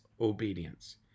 obedience